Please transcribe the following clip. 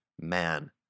man